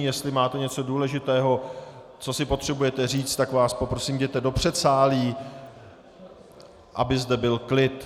Jestli máte něco důležitého, co si potřebujete říct, tak vás poprosím, jděte do předsálí, aby zde byl klid.